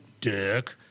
Dick